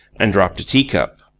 and dropped a tea-cup.